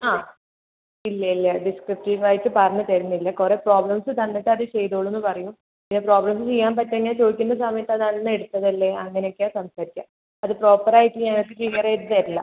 ആ ഇല്ല ഇല്ല ഡിസ്ക്രിപ്റ്റീവ് ആയിട്ട് പറഞ്ഞ് തരുന്നില്ല കുറെ പ്രോബ്ലംസ് തന്നിട്ട് അത് ചെയ്തോളൂന്ന് പറയും പിന്ന പ്രോബ്ലം ചെയ്യാൻ പറ്റാഞ്ഞാ ചോദിക്കുന്ന സമയത്ത് അത് അന്ന് എടുത്തതല്ലേ അങ്ങനെ ഒക്കെയാ സംസാരിക്ക അത് പ്രോപ്പർ ആയിട്ട് ഞങ്ങൾക്ക് ക്ലിയർ ചെയ്ത് തരില്ല